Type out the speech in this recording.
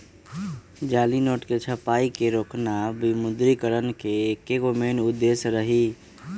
जाली नोट के छपाई के रोकना विमुद्रिकरण के एगो मेन उद्देश्य रही